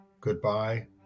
Goodbye